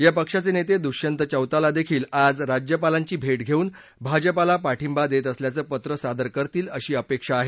या पक्षाचे नेते दुष्यंत चौताला देखील आज राज्यपालांची भेट घेऊन भाजपाला पाठिंबा देत असल्याचं पत्र सादर करतील अशी अपेक्षा आहे